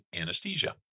anesthesia